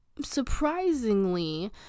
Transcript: surprisingly